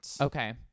Okay